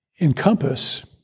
encompass